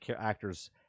actors